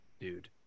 Dude